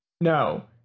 No